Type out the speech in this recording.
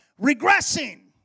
regressing